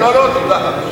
לא לא, תודה.